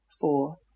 four